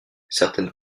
certaines